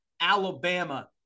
Alabama